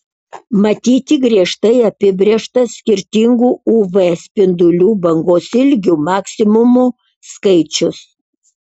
matyti griežtai apibrėžtas skirtingų uv spindulių bangos ilgių maksimumų skaičius